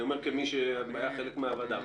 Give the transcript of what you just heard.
אני אומר כמי שהיה חלק מהוועדה.